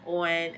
on